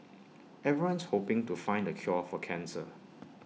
everyone's hoping to find the cure for cancer